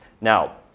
Now